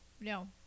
No